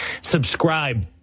subscribe